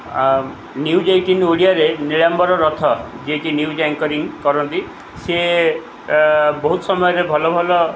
news eighteen ଓଡ଼ିଆରେ ନିଲାମ୍ବର ରଥ ଯିଏକି news anchoring କରନ୍ତି ସିଏ ବହୁତ ସମୟରେ ଭଲ ଭଲ